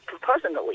personally